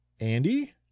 Andy